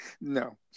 no